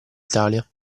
italia